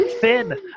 Finn